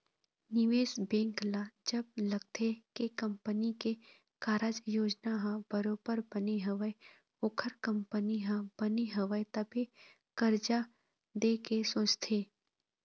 निवेश बेंक ल जब लगथे के कंपनी के कारज योजना ह बरोबर बने हवय ओखर कंपनी ह बने हवय तभे करजा देय के सोचथे